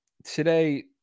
Today